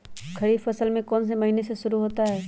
खरीफ फसल कौन में से महीने से शुरू होता है?